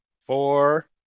four